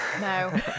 No